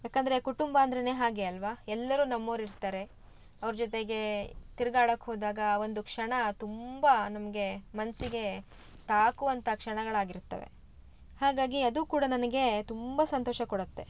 ಯಾಕಂದ್ರೆ ಕುಟುಂಬ ಅಂದರೇನೆ ಹಾಗೆ ಅಲ್ಲವಾ ಎಲ್ಲರೂ ನಮ್ಮವ್ರು ಇರ್ತಾರೆ ಅವ್ರ ಜೊತೆಗೇ ತಿರ್ಗಾಡೋಕ್ ಹೋದಾಗ ಒಂದು ಕ್ಷಣ ತುಂಬ ನಮಗೆ ಮನಸ್ಸಿಗೆ ತಾಕುವಂಥ ಕ್ಷಣಗಳಾಗಿರುತ್ತವೆ ಹಾಗಾಗಿ ಅದು ಕೂಡ ನನಗೆ ತುಂಬ ಸಂತೋಷ ಕೊಡುತ್ತೆ